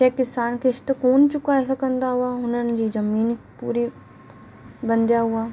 जे किसान किश्त कोन चुकाए सघंदा हुआ हुननि जी ज़मीन पूरी बंधिया हुआ